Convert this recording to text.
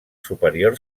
superior